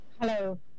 Hello